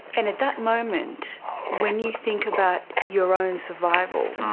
and at that moment when you think about your own survival,